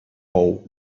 all